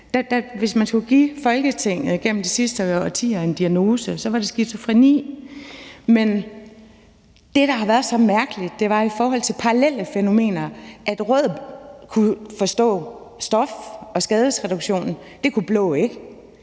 hvis man skulle give Folketinget en diagnose gennem de sidste årtier, så var det skizofreni. Men det, der har været så mærkeligt, var i forhold til parallelle fænomener. Rød blok kunne forstå det om stoffer og skadesreduktion; det kunne blå blok